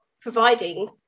providing